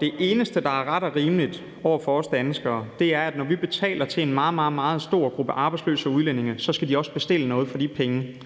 Det eneste, der er ret og rimeligt over for os danskere, er, at når vi betaler til en meget, meget stor gruppe arbejdsløse udlændinge, skal de også bestille noget for de penge.